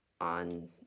on